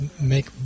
make